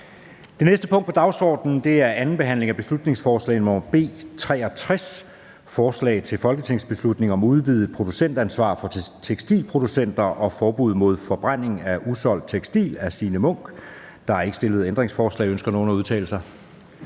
Det næste punkt på dagsordenen er: 27) 2. (sidste) behandling af beslutningsforslag nr. B 63: Forslag til folketingsbeslutning om udvidet producentansvar for tekstilproducenter og forbud mod forbrænding af usolgt tekstil. Af Signe Munk (SF) m.fl. (Fremsættelse 14.03.2023. 1.